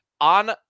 On